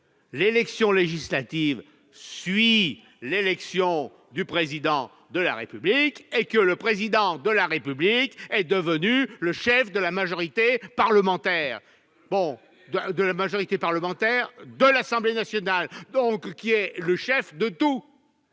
élections législatives suivent l'élection du Président de la République. Le Président de la République est devenu le chef de la majorité parlementaire à l'Assemblée nationale. Il est donc le chef de tout